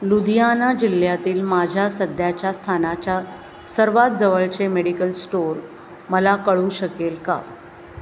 लुधियाना जिल्ह्यातील माझ्या सध्याच्या स्थानाच्या सर्वात जवळचे मेडिकल स्टोअर मला कळू शकेल का